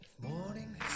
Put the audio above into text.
Morning